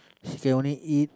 she can only eat